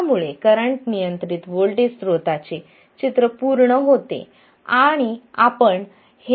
त्यामुळे करंट नियंत्रित व्होल्टेज स्त्रोताचे चित्र पूर्ण होते